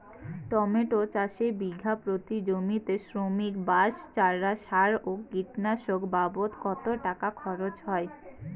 Tomato চাষে বিঘা প্রতি জমিতে শ্রমিক, বাঁশ, চারা, সার ও কীটনাশক বাবদ কত টাকা খরচ হয়?